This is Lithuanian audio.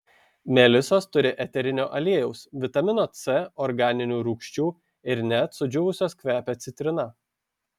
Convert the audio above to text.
melisos turi eterinio aliejaus vitamino c organinių rūgščių ir net sudžiūvusios kvepia citrina